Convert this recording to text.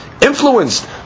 influenced